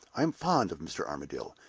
i am fond of mr. armadale,